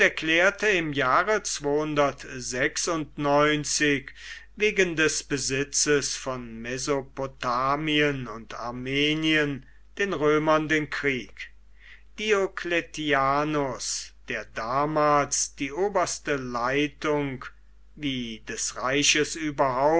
erklärte im jahre wegen des besitzes von mesopotamien und armenien den römern den krieg diokletian der damals die oberste leitung wie des reiches